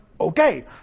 okay